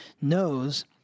knows